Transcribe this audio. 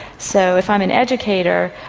so if i'm an educator,